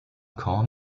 korn